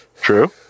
True